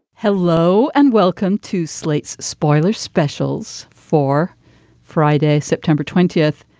hello and welcome to slate's spoiler specials for friday september twentieth.